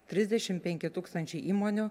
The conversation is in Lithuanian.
trisdešim penki tūkstančiai įmonių